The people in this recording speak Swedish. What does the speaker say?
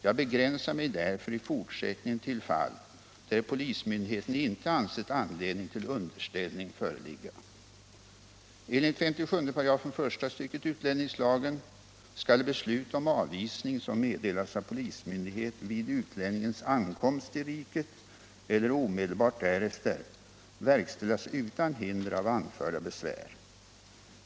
Jag begränsar mig därför i fortsättningen till fall, där polismyndigheten inte ansett anledning till underställning föreligga. Enligt 57 3 första stycket utlänningslagen skall beslut om avvisning, som meddelats av polismyndighet vid utlänningens ankomst till riket eller omedelbart därefter, verkställas utan hinder av anförda besvär.